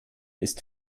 ist